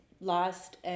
lost